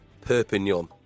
Perpignan